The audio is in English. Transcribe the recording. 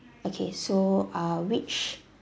okay so uh which